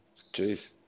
Jeez